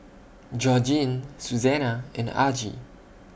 Georgene Susana and Argie